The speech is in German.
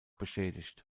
beschädigt